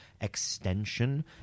extension